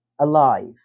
alive